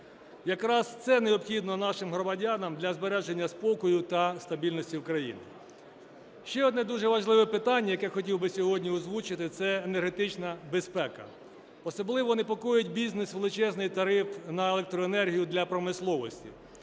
Якраз це необхідно нашим громадянам для збереження спокою та стабільності України. Ще одне дуже важливе питання, яке хотів би сьогодні озвучити, – це енергетична безпека. Особливо непокоїть бізнес – величезний тариф на електроенергію для промисловості.